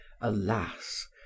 Alas